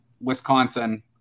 Wisconsin